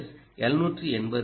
B